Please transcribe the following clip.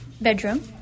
bedroom